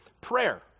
Prayer